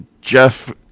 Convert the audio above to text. Jeff